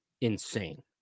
insane